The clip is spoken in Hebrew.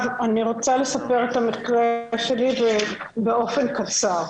אני רוצה לספר את המקרה שלי ובאופן קצר.